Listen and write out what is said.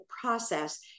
process